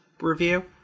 review